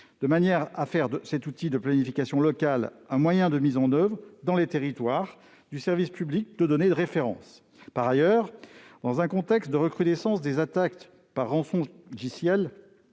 de manière à faire de cet outil de planification locale un moyen de mise en oeuvre dans les territoires du service public des données de référence. Par ailleurs, dans un contexte de recrudescence des attaques par rançongiciels